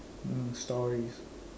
mm stories